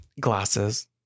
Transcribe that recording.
Glasses